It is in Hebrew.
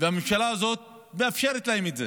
והממשלה הזאת מאפשרת להם את זה